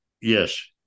yes